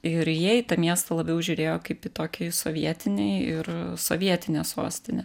ir jie į tą miestą labiau žiūrėjo kaip į tokį sovietinį ir sovietinę sostinę